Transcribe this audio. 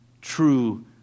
true